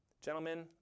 Gentlemen